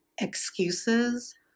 excuses